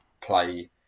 play